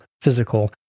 physical